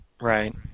Right